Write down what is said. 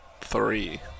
three